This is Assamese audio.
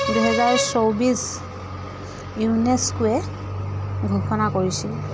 দুহেজাৰ চৌবিছ ইউনেস্কোৱে ঘোষণা কৰিছিল